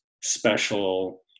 special